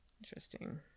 Interesting